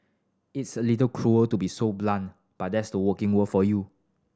it's a little cruel to be so blunt but that's the working world for you